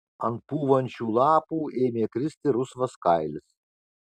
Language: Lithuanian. ant pūvančių lapų ėmė kristi rusvas kailis